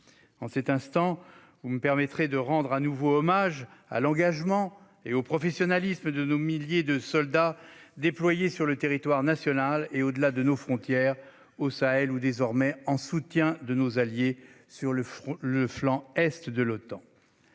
En cet instant, permettez-moi de rendre de nouveau hommage à l'engagement et au professionnalisme de nos milliers de soldats déployés sur le territoire national et au-delà de nos frontières, au Sahel ou désormais en soutien de nos alliés sur le flanc Est de l'Otan.